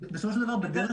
בסופו של דבר בדרך